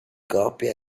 coppia